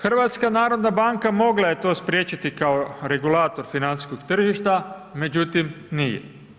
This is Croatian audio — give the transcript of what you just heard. HNB mogla je to spriječiti kao regulator financijskog tržišta, međutim, nije.